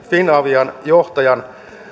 nämä finavian johtajan